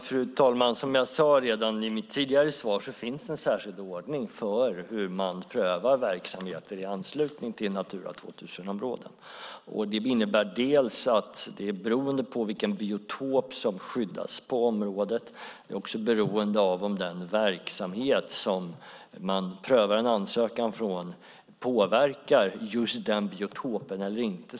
Fru talman! Som jag sade i mitt tidigare inlägg finns det en särskild ordning för hur man prövar verksamheter i anslutning till Natura 2000-områden. Det innebär att man måste titta på vilken biotop som skyddas i området och om den verksamhet som ansökan om prövning gäller påverkar just den biotopen eller inte.